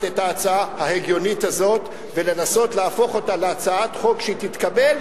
את ההצעה ההגיונית הזאת ולנסות להפוך אותה להצעת חוק שתתקבל,